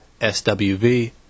SWV